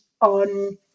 on